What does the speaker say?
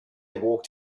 walked